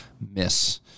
miss